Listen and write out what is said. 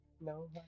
No